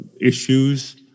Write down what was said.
issues